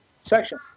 section